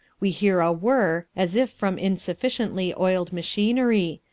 we hear a whir, as if from insufficiently oiled machinery,